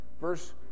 Verse